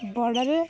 ବଡ଼ରେ